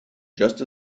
just